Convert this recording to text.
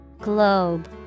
Globe